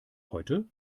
heute